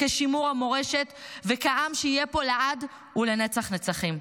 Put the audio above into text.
לשימור המורשת ולעם שיהיה פה לעד ולנצח נצחים.